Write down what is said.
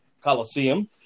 Coliseum